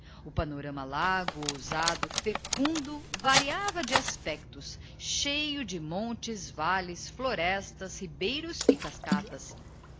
o panorama largo ousado fecundo variava de aspectos cheio de montes valles florestas ribeiros e cascatas era